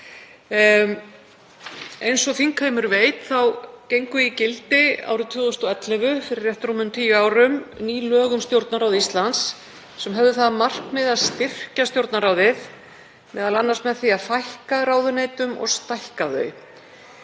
Eins og þingheimur veit þá gengu í gildi árið 2011, fyrir rétt rúmum tíu árum, ný lög um Stjórnarráð Íslands sem höfðu það að markmiði að styrkja Stjórnarráðið, m.a. með því að fækka ráðuneytum og stækka þau.